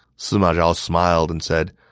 sima zhao smiled and said,